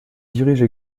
dirige